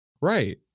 Right